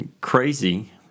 crazy